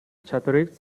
чадварыг